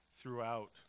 throughout